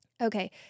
Okay